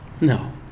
No